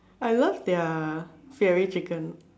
I love their fiery chicken